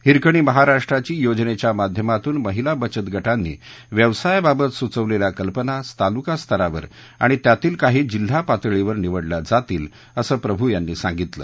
हिरकणी महाराष्ट्राची योजनेच्या माध्यमातून महिला बचत गटांनी व्यवसायाबाबत सुचवलेल्या कल्पना तालुकास्तरावर आणि त्यातील काही जिल्हापातळीसाठी निवडल्या जातील असं प्रभू यांनी सांगितलं